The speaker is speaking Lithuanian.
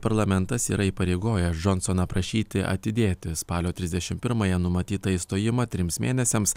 parlamentas yra įpareigojęs džonsoną prašyti atidėti spalio trisdešimt pirmąją numatytą išstojimą trims mėnesiams